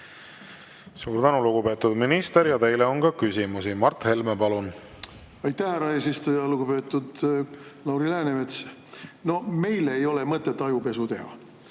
Suur tänu, lugupeetud minister! Teile on ka küsimusi. Mart Helme, palun! Aitäh, härra eesistuja! Lugupeetud Lauri Läänemets! No meile ei ole mõtet ajupesu teha